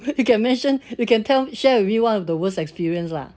you can mention you can tell share with me one of the worst experience lah